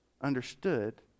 understood